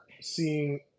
seeing